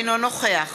אינו נוכח